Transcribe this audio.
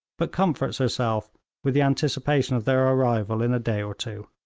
but comforts herself with the anticipation of their arrival in a day or two.